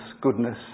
goodness